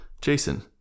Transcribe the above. Jason